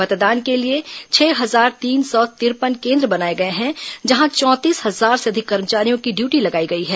मतदान के लिए छह हजार तीन सौ तिरपन केन्द्र बनाए गए हैं जहां चौंतीस हजार से अधिक कर्मचारियों की डयुटी लगाई गई है